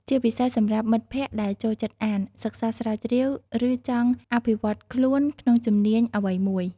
ជាពិសេសសម្រាប់មិត្តភក្តិដែលចូលចិត្តអាន សិក្សាស្រាវជ្រាវ ឬចង់អភិវឌ្ឍខ្លួនក្នុងជំនាញអ្វីមួយ។